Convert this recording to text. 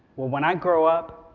well, when i grow up,